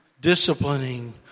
disciplining